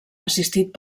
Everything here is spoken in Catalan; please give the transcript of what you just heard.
assistit